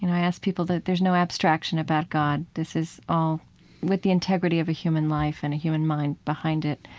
and i ask people the there's no abstraction about god. this is all with the integrity of a human life and a human mind behind it.